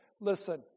listen